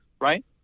Right